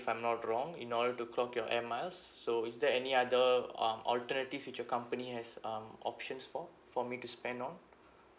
if I'm not wrong in order to clock your air miles so is there any other um alternative which your company has um options for for me to spend on